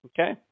Okay